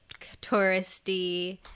touristy